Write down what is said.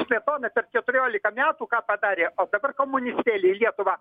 smetona per keturiolika metų ką padarė o dabar komunistėliai lietuvą